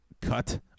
cut